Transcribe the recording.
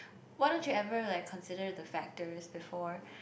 why don't you ever like consider the factors before